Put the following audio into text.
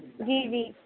جی جی